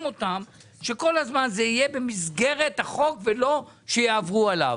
אותם שכל הזמן זה יהיה במסגרת החוק ולא יעברו עליו.